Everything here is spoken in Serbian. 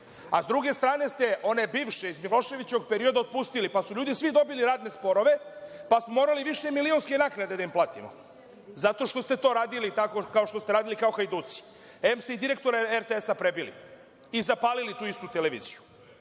a druge strane ste one bivše, iz Miloševićevog perioda otpustili, pa su ljudi svi dobili radne sporove, pa smo morali višemilionske naknade da im platimo zato što ste to radili tako kao što ste radili kao hajduci. Em ste i direktora RTS-a prebili i zapalili tu istu televiziju.